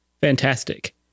fantastic